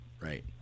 Right